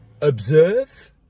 observe